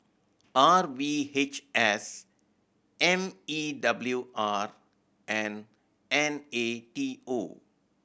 R V H S M E W R and N A T O